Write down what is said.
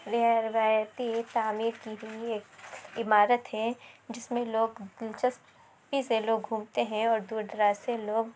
یہ روایتی تعمیر کی گئی ایک عمارت ہے جس میں لوگ دلچسپی سے لوگ گھومتے ہیں اور دور دراز سے لوگ